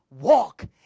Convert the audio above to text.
walk